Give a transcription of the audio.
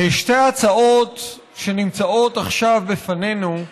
שתי הצעות שנמצאות עכשיו בפנינו,